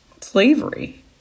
slavery